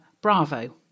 Bravo